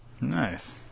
Nice